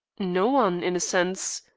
no one, in a sense,